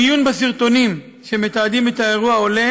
מעיון בסרטונים שמתעדים את האירוע עולה